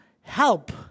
help